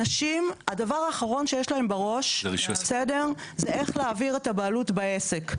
הדבר האחרון שיש לאנשים בראש זה איך להעביר את הבעלות בעסק.